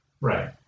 Right